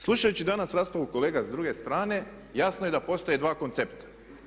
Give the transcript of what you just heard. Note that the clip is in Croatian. Slušajući danas raspravu kolega s druge strane jasno je da postoje dva koncepta.